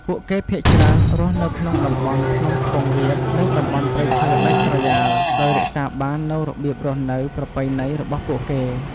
ពួកគេភាគច្រើនរស់នៅក្នុងតំបន់ភ្នំខ្ពង់រាប និងតំបន់ព្រៃឈើដាច់ស្រយាល ដោយរក្សាបាននូវរបៀបរស់នៅប្រពៃណីរបស់ពួកគេ។